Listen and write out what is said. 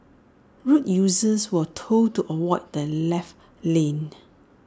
road users were told to avoid the left lane